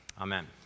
Amen